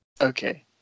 okay